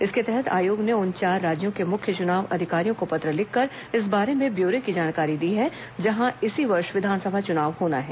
इसके तहत आयोग ने उन चार राज्यों के मुख्य चुनाव अधिकारियों को पत्र लिखकर इस बारे में ब्यौरे की जानकारी दी है जहां इसी वर्ष विधानसभा चुनाव होना है